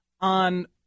on